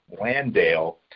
Landale